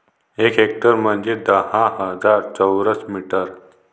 एक हेक्टर म्हंजे दहा हजार चौरस मीटर